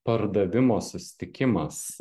pardavimo susitikimas